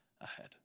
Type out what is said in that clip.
ahead